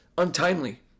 Untimely